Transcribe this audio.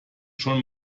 schon